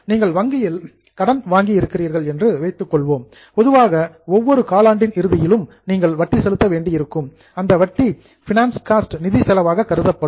நீங்கள் வங்கியில் obtained loan கடன் வாங்கி இருக்கிறீர்கள் என்று வைத்துக்கொள்வோம் நோர்மல்லி பொதுவாக ஒவ்வொரு காலாண்டின் இறுதியிலும் நீங்கள் வட்டி செலுத்த வேண்டியிருக்கும் அந்த வட்டி பைனான்ஸ் காஸ்ட் நிதி செலவாக கருதப்படும்